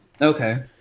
Okay